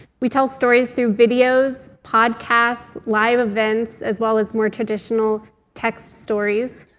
we tell stories through videos, podcasts, live events, as well as more traditional text stories.